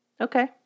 Okay